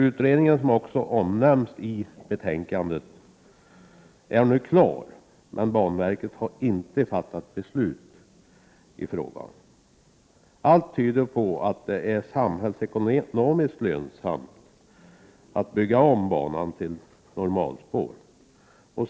Utredningen, som också omnämns i betänkandet, är nu klar, men banverket har inte fattat beslut i frågan. Allt tyder på att det är samhällsekonomiskt lönsamt att bygga om banan till normalspår.